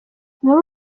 muri